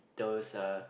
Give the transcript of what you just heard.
those uh